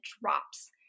drops